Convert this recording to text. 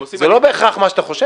זה לא בהכרח מה שאתה חושב.